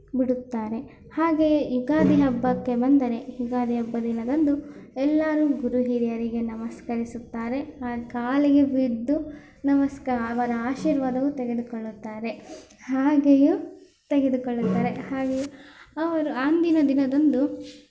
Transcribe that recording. ಬಿಡುತ್ತಾರೆ ಹಾಗೆಯೇ ಯುಗಾದಿ ಹಬ್ಬಕ್ಕೆ ಬಂದರೆ ಯುಗಾದಿ ಹಬ್ಬ ದಿನದಂದು ಎಲ್ಲರೂ ಗುರು ಹಿರಿಯರಿಗೆ ನಮಸ್ಕರಿಸುತ್ತಾರೆ ಕಾಲಿಗೆ ಬಿದ್ದು ನಮಸ್ಕಾರ ಅವರ ಆಶೀರ್ವಾದವು ತೆಗೆದುಕೊಳ್ಳುತ್ತಾರೆ ಹಾಗೆಯೆ ತೆಗೆದುಕೊಳ್ಳುತ್ತಾರೆ ಹಾಗೇ ಅವರು ಅಂದಿನ ದಿನದಂದು